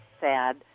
sad